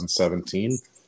2017